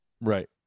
Right